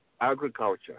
Agriculture